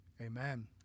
amen